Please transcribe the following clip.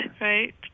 right